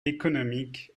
économique